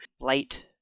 light